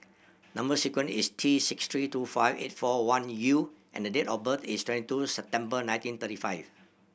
number sequence is T six three two five eight four one U and date of birth is twenty two September nineteen thirty five